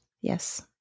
Yes